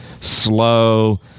slow